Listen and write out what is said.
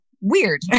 weird